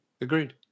agreed